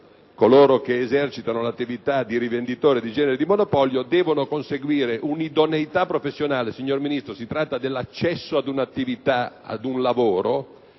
coloro che esercitano l'attività di rivenditori di generi di monopolio devono conseguire una idoneità professionale - signor Ministro, si tratta dell'accesso ad un lavoro